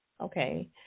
Okay